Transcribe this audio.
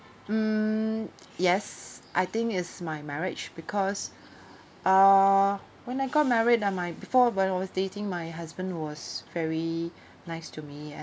mm yes I think is my marriage because uh when I got married I might before when was dating my husband was very nice to me